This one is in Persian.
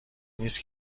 نیست